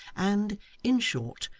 and in short,